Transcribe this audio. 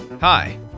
Hi